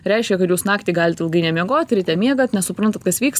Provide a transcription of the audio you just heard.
reiškia kad jūs naktį galit ilgai nemiegot ryte miegat nesuprantat kas vyks